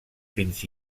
fins